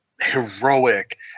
heroic